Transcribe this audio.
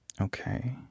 Okay